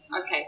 Okay